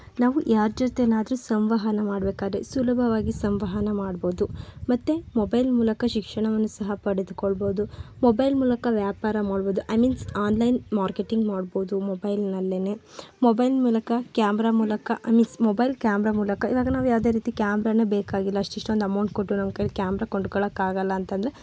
ನಾವು ಯಾರ ಜೊತೆಯಾದರೂ ಸಂವಹನ ಮಾಡ್ಬೇಕಾದ್ರೆ ಸುಲಭವಾಗಿ ಸಂವಹನ ಮಾಡ್ಬೋದು ಮತ್ತೆ ಮೊಬೆಲ್ ಮೂಲಕ ಶಿಕ್ಷಣವನ್ನು ಸಹ ಪಡೆದ್ಕೊಳ್ಬೋದು ಮೊಬೈಲ್ ಮೂಲಕ ವ್ಯಾಪಾರ ಮಾಡ್ಬೊದು ಐ ಮೀನ್ಸ್ ಆನ್ಲೈನ್ ಮಾರ್ಕೆಟಿಂಗ್ ಮಾಡ್ಬೋದು ಮೊಬೈಲ್ನಲ್ಲೇನೇ ಮೊಬೈಲ್ ಮೂಲಕ ಕ್ಯಾಮ್ರಾ ಮೂಲಕ ಐ ಮೀನ್ಸ್ ಮೊಬೈಲ್ ಕ್ಯಾಮ್ರಾ ಮೂಲಕ ಈವಾಗ ನಾವು ಯಾವುದೇ ರೀತಿ ಕ್ಯಾಮ್ರಾನೆ ಬೇಕಾಗಿಲ್ಲ ಅಷ್ಟು ಇಷ್ಟೊಂದು ಅಮೌಂಟ್ ಕೊಟ್ಟು ನಮ್ಮ ಕೈಯ್ಯಲ್ಲಿ ಕ್ಯಾಮ್ರಾ ಕೊಂಡುಕೊಳ್ಳೋಕ್ಕೆ ಆಗಲ್ಲ ಅಂತಂದರೆ